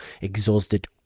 exhausted